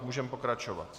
Můžeme pokračovat.